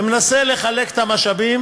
ומנסה לחלק את המשאבים